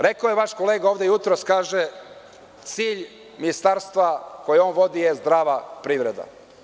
Rekao je vaš kolega ovde jutros – cilj ministarstva koje on vodi je zdrava privreda.